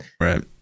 Right